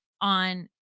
on